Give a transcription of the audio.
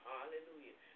Hallelujah